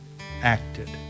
acted